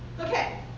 Okay